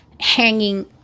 hanging